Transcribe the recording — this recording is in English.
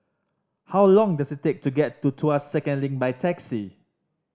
how long does it take to get to Tuas Second Link by taxi